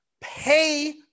pay